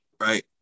right